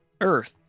Earth